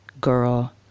girl